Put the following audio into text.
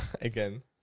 again